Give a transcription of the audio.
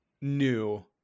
new